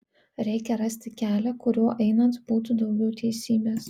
reikia rasti kelią kuriuo einant būtų daugiau teisybės